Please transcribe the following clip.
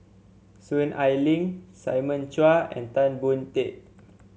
Soon Ai Ling Simon Chua and Tan Boon Teik